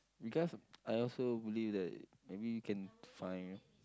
because I also believe that maybe you can find